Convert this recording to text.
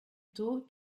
tôt